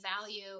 value